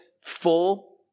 full